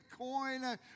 Bitcoin